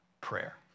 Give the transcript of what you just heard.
prayer